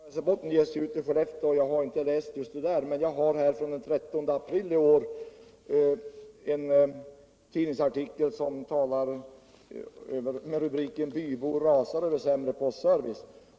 Herr talman! Tidningen Norra Västerbotten ges ut i Skellefteå och jag har inte läst just den där artikeln, men jag har en tidningsartikel i Västerbottens Kuriren från den 13 april i år med rubriken Bybor rasar över sämre 10 postservice.